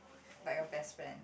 like a best friend